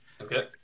Okay